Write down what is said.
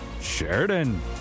Sheridan